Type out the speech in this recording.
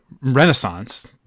Renaissance